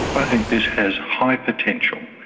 i think this has high potential.